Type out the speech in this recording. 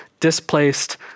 displaced